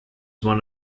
one